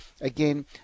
again